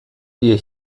ihr